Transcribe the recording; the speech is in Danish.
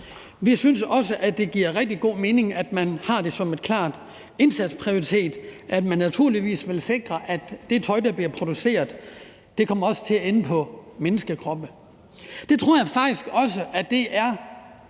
Vi synes også, at det giver rigtig god mening, at man har det som en klar indsatsprioritet, at man naturligvis vil sikre, at det tøj, der bliver produceret, også kommer til at ende på menneskekroppe. Det tror jeg faktisk også er en